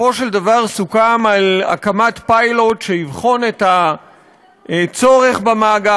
בסופו של דבר סוכם על הקמת פיילוט שיבחן את הצורך במאגר.